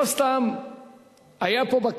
לא סתם היתה כאן,